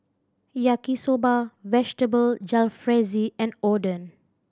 Yaki Soba Vegetable Jalfrezi and Oden